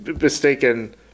mistaken